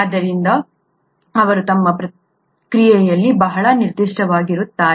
ಆದ್ದರಿಂದ ಅವರು ತಮ್ಮ ಕ್ರಿಯೆಯಲ್ಲಿ ಬಹಳ ನಿರ್ದಿಷ್ಟವಾಗಿರುತ್ತಾರೆ